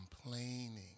complaining